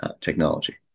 technology